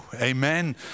amen